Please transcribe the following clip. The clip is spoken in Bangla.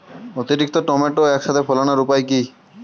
অতিরিক্ত টমেটো একসাথে ফলানোর উপায় কী?